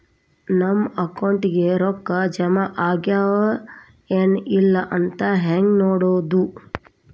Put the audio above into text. ನಮ್ಮ ಅಕೌಂಟಿಗೆ ರೊಕ್ಕ ಜಮಾ ಆಗ್ಯಾವ ಏನ್ ಇಲ್ಲ ಅಂತ ಹೆಂಗ್ ನೋಡೋದು?